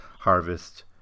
harvest